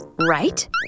right